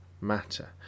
matter